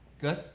Good